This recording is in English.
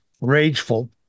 rageful